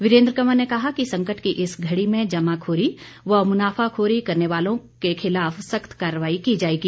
वीरेन्द्र कंवर ने कहा कि संकट की इस घड़ी में जमाखोरी व मुनाफाखोरी करने वाले लोगों के साथ सख्त कार्रवाई की जाएगी